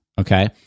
Okay